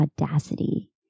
audacity